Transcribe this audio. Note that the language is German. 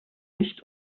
nicht